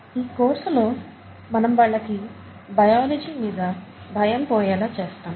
ఈ కోర్సులో మనం వాళ్లకి బయాలజీ మీద భయం పోయేలా చేస్తాం